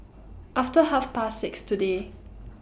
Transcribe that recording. after Half Past six today